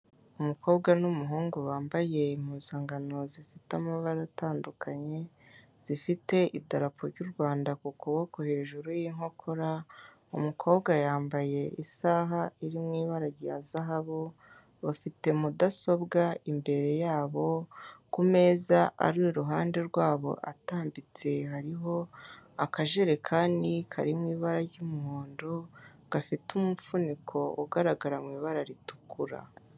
Umukobwa n'umuhungu bambaye impuzankano zifite amabara atandukanye, zifite idarapo ry'u Rwanda ku kuboko hejuru y'inkokora, umukobwa yambaye isaha iri mu ibara rya zahabu, bafite mudasobwa imbere yabo, ku meza ari iruhande rwabo atambitse hariho akajerekani kari mu ibara ry'umuhondo, gafite umufuniko ugaragara mu ibara ritukura.